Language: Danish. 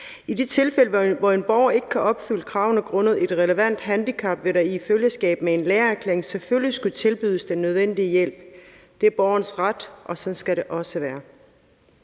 I de tilfælde, hvor en borger ikke kan opfylde kravene grundet et relevant handicap, vil der sammen med en lægeerklæring selvfølgelig skulle tilbydes den nødvendige hjælp. Det er borgerens ret, og sådan skal det også være.